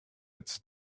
its